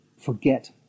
forget